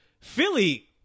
Philly